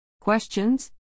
Questions